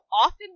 often